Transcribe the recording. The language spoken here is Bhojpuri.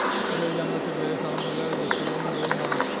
ढेर जानवर से ढेरे सामान मिलेला जइसे ऊन, दूध मांस